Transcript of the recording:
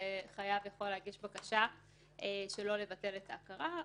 וחייב יכול להגיש בקשה שלא לבטל את ההכרה.